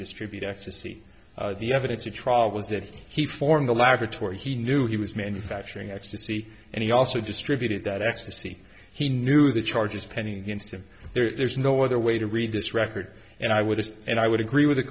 distribute ecstasy the evidence at trial was that he formed a laboratory he knew he was manufacturing ecstasy and he also distributed that ecstasy he knew the charges pending against him there's no other way to read this record and i would have and i would agree with the